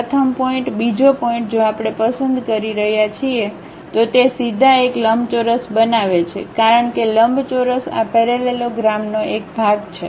પ્રથમ પોઇન્ટ બીજો પોઇન્ટ જો આપણે પસંદ કરી રહ્યા છીએ તો તે સીધા એક લંબચોરસ બનાવે છે કારણ કે લંબચોરસ આ પેરેલલોગ્રામનો એક ભાગ છે